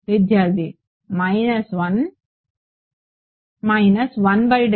విద్యార్థి మైనస్ 1